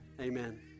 Amen